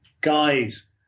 guys